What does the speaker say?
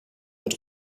mit